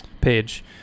page